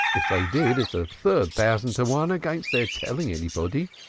if they did, it's a third thousand to one against their telling anybody.